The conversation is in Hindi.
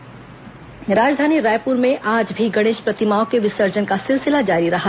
गणेश विसर्जन राजधानी रायपुर में आज भी गणेश प्रतिमाओं के विसर्जन का सिलसिला जारी रहा